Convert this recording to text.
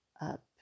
up